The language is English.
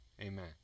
Amen